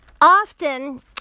often